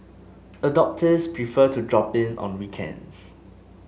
adopters prefer to drop in on weekends